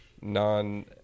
non